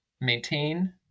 maintain